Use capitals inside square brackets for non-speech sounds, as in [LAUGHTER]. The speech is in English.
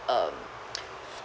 um [NOISE]